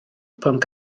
pwnc